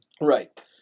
Right